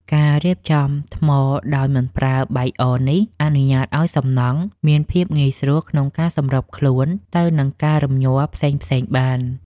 ការរៀបចំថ្មដោយមិនប្រើបាយអនេះអនុញ្ញាតឱ្យសំណង់មានភាពងាយស្រួលក្នុងការសម្របខ្លួនទៅនឹងការរំញ័រផ្សេងៗបាន។